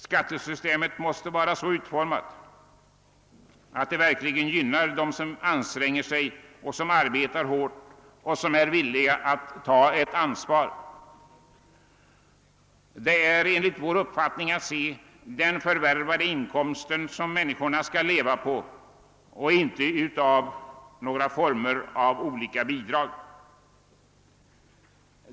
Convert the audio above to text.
Skattesystemet måste vara så utformat, att det verkligen gynnar den som arbetar hårt och som är villig att taga ansvar. inkomst, inte av bidrag.